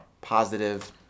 positive